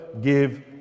give